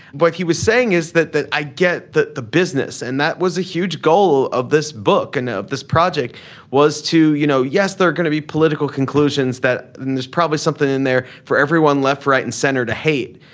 but he was saying is that that i get that the business. and that was a huge goal of this book and this project was to you know yes there are going to be political conclusions that there's probably something in there for everyone left right and center to hate.